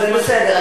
זה בסדר.